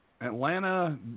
Atlanta